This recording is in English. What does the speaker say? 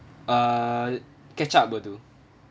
uh ketchup will do